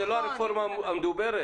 זאת לא הרפורמה המדוברת.